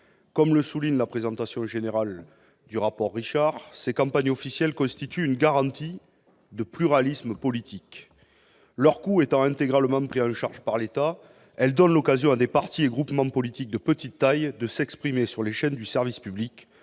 Comme le souligne M. Richard dans son rapport, ces campagnes officielles constituent une « garantie de pluralisme politique »: leur coût étant intégralement pris en charge par l'État, elles donnent l'occasion à des partis et groupements politiques de petite taille de s'exprimer sur les chaînes du service public,